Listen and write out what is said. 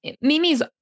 Mimi's